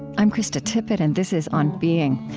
i'm krista tippett and this is on being.